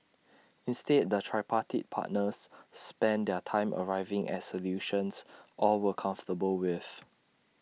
instead the tripartite partners spent their time arriving at solutions all were comfortable with